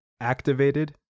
Activated